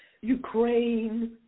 Ukraine